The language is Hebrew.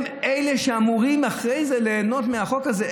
הם אלה שאמורים אחרי זה ליהנות מהחוק הזה,